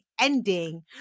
ending